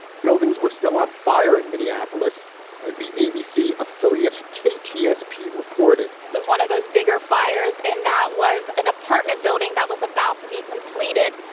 buildings were still on fire in minneapolis as the abc affiliate katie s p. reported this is one of those bigger fires, and that was an apartment building that was about to be completed.